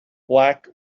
black